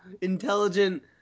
Intelligent